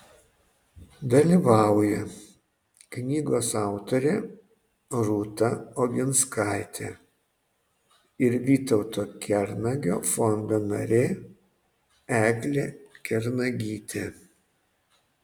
dalyvauja knygos autorė rūta oginskaitė ir vytauto kernagio fondo narė eglė kernagytė